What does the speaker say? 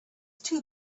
too